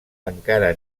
encara